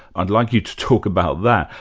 i'd like you to talk about that,